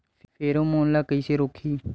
Pheromone ला कइसे रोकही?